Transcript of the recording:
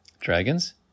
Dragons